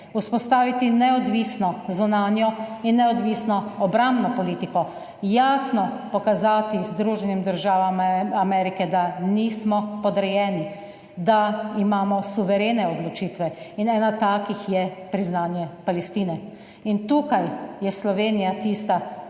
vzpostaviti neodvisno zunanjo in neodvisno obrambno politiko. Jasno pokazati Združenim državam Amerike, da nismo podrejeni, da imamo suverene odločitve in ena takih je priznanje Palestine. In tukaj je Slovenija tista,